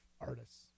artists